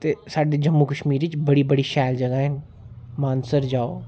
ते साड्डे जम्मू कश्मीर बड़ी बड़ी शैल जगह् ऐ न मानसर जाओ